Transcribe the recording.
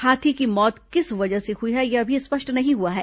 हाथी की मौत किस वजह से हुई यह अभी स्पष्ट नहीं हुआ है